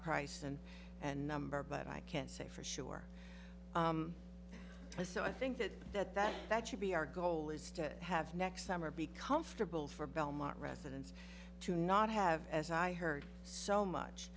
price and a number but i can't say for sure so i think that that that that should be our goal is to have next summer be comfortable for belmont residents to not have as i heard so much